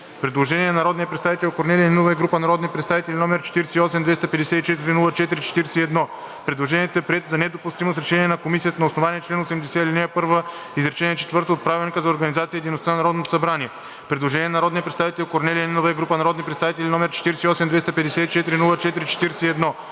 Предложение на народния представител Корнелия Нинова и група народни представители, № 48-254-04-41. Предложението е прието за недопустимо с решение на Комисията на основание чл. 80, ал. 2, изречение четвърто от Правилника за организацията и дейността на Народното събрание. Предложение на народния представител Корнелия Нинова и група народни представители, № 48-254-04-41.